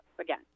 again